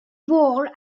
war